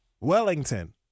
Wellington